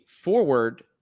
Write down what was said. forward